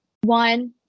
one